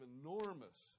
enormous